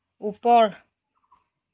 ওপৰ